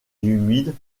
humide